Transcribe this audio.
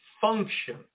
function